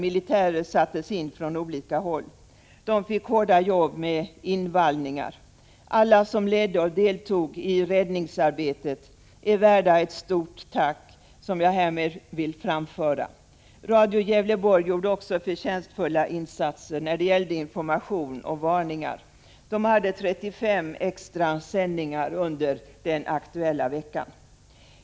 Militärer sattes in från olika håll. De fick hårda jobb med invallningar. Alla som ledde och deltog i räddningsarbetet är värda ett stort tack, som jag härmed framför. Radio Gävleborg gjorde också förtjänstfulla insatser när det gällde information och varningar. Den hade 35 extra sändningar under den aktuella veckan.